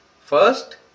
first